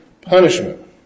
punishment